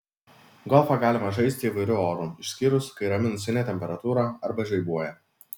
golfą galima žaisti įvairiu oru išskyrus kai yra minusinė temperatūra arba žaibuoja